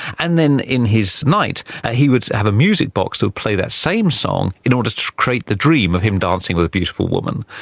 and then in his night he would have a music box that would play that same song in order to create the dream of him dancing with a beautiful woman.